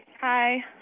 Hi